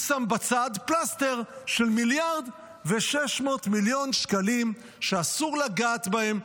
הוא שם בצד פלסטר של 1.6 מיליארד שקלים שאסור לגעת בהם.